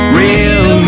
real